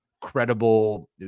credible